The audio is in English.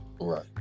right